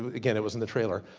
again it was in the trailer.